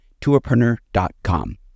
tourpreneur.com